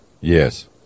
Yes